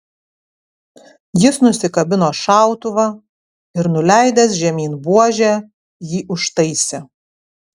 jis nusikabino šautuvą ir nuleidęs žemyn buožę jį užtaisė